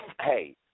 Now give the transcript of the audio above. hey